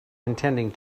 intending